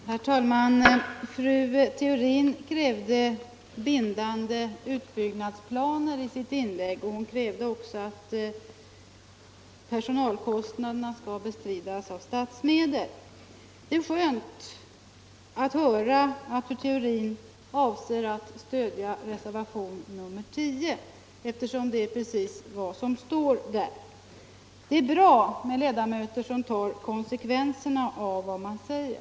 Herr talman! Fru Theorin krävde bindande utbyggnadsplaner i sitt inlägg, och hon krävde även att personalkostnaderna skall bestridas av statsmedel. Det är skönt att höra att fru Theorin avser att stödja reservationen 10, eftersom det är precis vad som står i den. Det är bra med ledamöter som tar konsekvenserna av vad man säger.